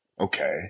okay